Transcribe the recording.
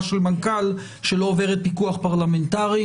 של מנכ"ל שלא עוברת פיקוח פרלמנטרי.